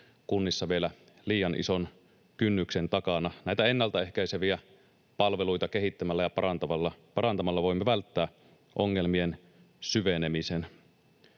kunnissa vielä liian ison kynnyksen takana. Näitä ennalta ehkäiseviä palveluita kehittämällä ja parantamalla voimme välttää ongelmien syvenemisen.